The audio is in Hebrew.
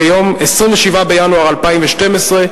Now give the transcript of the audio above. ביום 27 בינואר 2012,